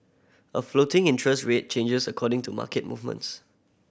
a floating interest rate changes according to market movements